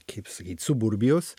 kaip sakyt suburbijos